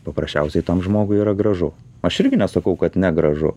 paprasčiausiai tam žmogui yra gražu aš irgi nesakau kad negražu